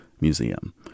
museum